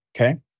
Okay